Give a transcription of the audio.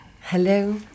Hello